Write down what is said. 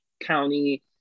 county